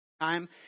time